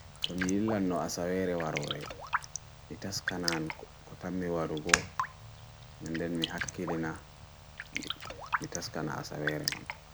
To me illan no asaveere warore, mita skanaan kotam me warugo, nenden me hakilina mita skana asaveere man.